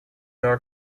are